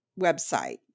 website